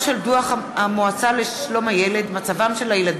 סירוב חברות הביטוח לשלם למשפחת ילד